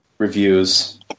Reviews